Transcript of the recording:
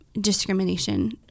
discrimination